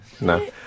No